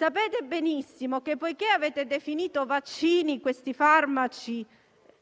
e che, poiché avete definito vaccini questi farmaci